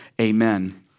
Amen